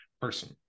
person